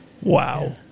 Wow